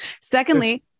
Secondly